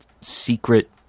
secret